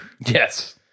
Yes